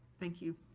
thank you.